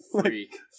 freak